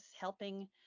helping